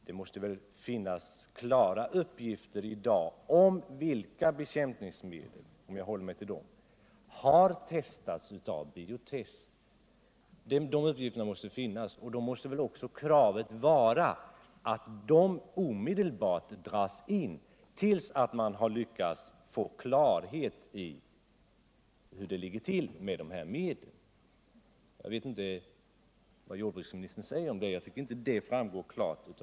Det måste väl idag finnas klara uppgifter om vilka bekämpningsmedel. om jag nu håller mig till dem, som har testats av Bio-Test. Då måste väl kravet vara att de medlen omedelbart dras in tills man har fått klarhet i hur det ligger till med dessa medel. Det framgår inte klart av svaret vad jordbruksministern anser om detta.